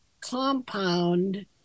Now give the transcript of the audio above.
compound